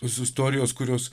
tos istorijos kurios